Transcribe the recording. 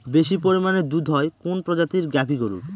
বেশি পরিমানে দুধ হয় কোন প্রজাতির গাভি গরুর?